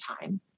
time